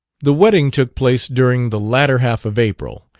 the wedding took place during the latter half of april,